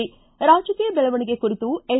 ಿ ರಾಜಕೀಯ ದೆಳವಣಿಗೆ ಕುರಿತು ಎನ್